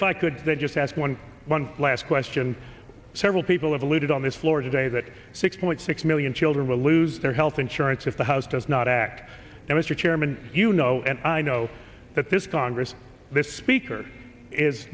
if i could just ask one one last question several people have alluded on this floor today that six point six million children will lose their health insurance if the house does not act now mr chairman you know and i know that this congress this speaker is